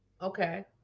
okay